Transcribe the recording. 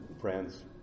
friends